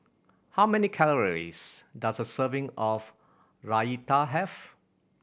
how many calories does a serving of Raita have